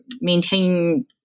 maintain